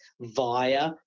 via